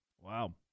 Wow